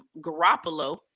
Garoppolo